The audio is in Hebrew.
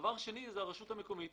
הדבר השני זה הרשות המקומית.